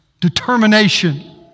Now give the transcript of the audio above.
determination